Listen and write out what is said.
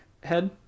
head